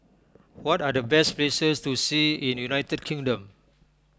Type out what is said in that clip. what are the best places to see in United Kingdom